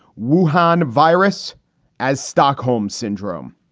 wunan virus as stockholm syndrome.